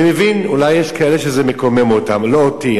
אני מבין, אולי יש כאלה שזה מקומם אותם, לא אותי.